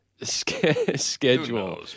schedule